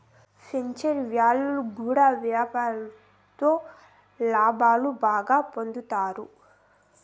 future value గుండా వ్యాపారంలో లాభాలు బాగా పొందుతారు